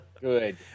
Good